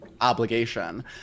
obligation